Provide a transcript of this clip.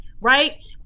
right